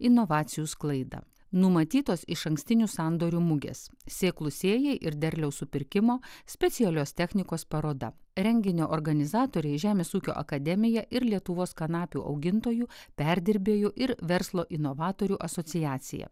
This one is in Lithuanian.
inovacijų sklaidą numatytos išankstinių sandorių mugės sėklų sėjai ir derliaus supirkimo specialios technikos paroda renginio organizatoriai žemės ūkio akademija ir lietuvos kanapių augintojų perdirbėjų ir verslo inovatorių asociacija